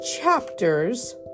chapters